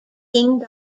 king